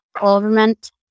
government